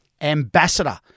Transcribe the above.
ambassador